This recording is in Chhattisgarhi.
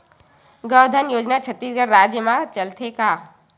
गौधन योजना छत्तीसगढ़ राज्य मा चलथे का?